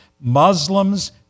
Muslims